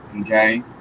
okay